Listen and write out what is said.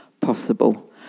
possible